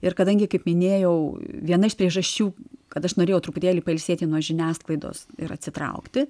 ir kadangi kaip minėjau viena iš priežasčių kad aš norėjau truputėlį pailsėti nuo žiniasklaidos ir atsitraukti